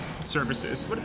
services